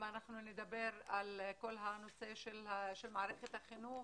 אם אנחנו מדברים על כול הנושא של מערכת החינוך,